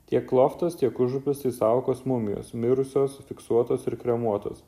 tiek loftas tiek užupis išsaugotos mumijos mirusios užfiksuotos ir kremuotos